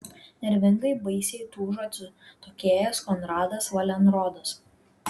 nervingai baisiai tūžo atsitokėjęs konradas valenrodas